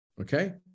Okay